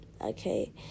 okay